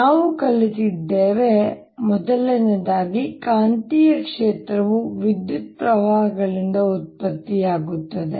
ನಾವು ಕಲಿತಿದ್ದೇವೆ ಒಂದು ಕಾಂತೀಯ ಕ್ಷೇತ್ರವು ವಿದ್ಯುತ್ ಪ್ರವಾಹಗಳಿಂದ ಉತ್ಪತ್ತಿಯಾಗುತ್ತದೆ